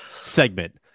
segment